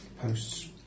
posts